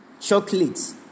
Chocolates